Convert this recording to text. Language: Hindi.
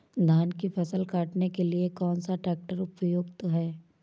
धान की फसल काटने के लिए कौन सा ट्रैक्टर उपयुक्त है?